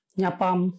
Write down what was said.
Nyapam